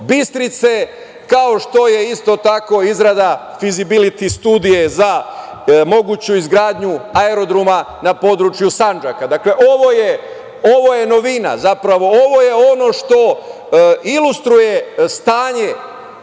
Bistrice, kao što je izrada fizibiliti studije za moguću izgradnju aerodroma na području Sandžaka. Dakle, ovo je novina, zapravo ovo je ono što ilustruje stanje